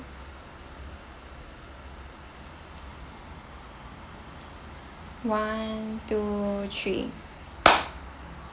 one two three